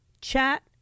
chat